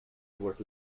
word